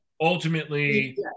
ultimately